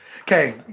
Okay